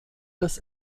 des